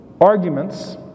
Arguments